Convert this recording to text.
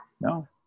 No